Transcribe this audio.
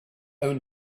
own